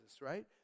right